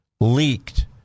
leaked